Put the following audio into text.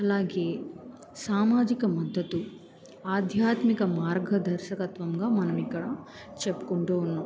అలాగే సామాజిక మద్దతు ఆధ్యాత్మిక మార్గదర్శకత్వంగా మనం ఇక్కడ చెప్పుకుంటూ ఉన్నాం